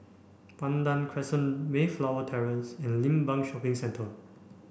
Pandan Crescent Mayflower Terrace and Limbang Shopping Centre